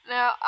Now